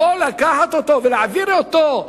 לקחת אותו ולהעביר אותו,